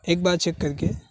ایک بار چیک کر کے